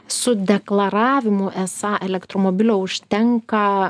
su deklaravimu esą elektromobilio užtenka